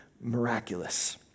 miraculous